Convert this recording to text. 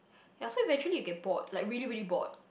ya so eventually you get bored like really really bored